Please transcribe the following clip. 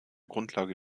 grundlage